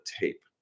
tape